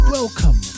Welcome